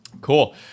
Cool